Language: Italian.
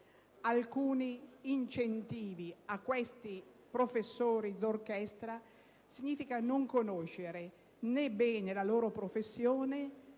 alcuni incentivi a questi professori d'orchestra significa non conoscere bene la loro professione,